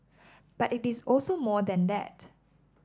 but it is also more than that